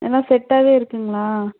எல்லாம் செட்டாகவே இருக்குதுங்களா